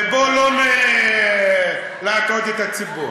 בוא, לא להטעות את הציבור.